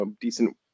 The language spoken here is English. decent